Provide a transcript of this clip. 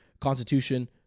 constitution